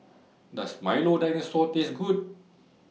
Does Milo Dinosaur Taste Good